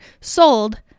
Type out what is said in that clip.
sold